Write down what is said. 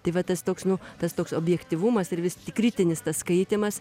tai va tas toks nu tas toks objektyvumas ir vis kritinis tas skaitymas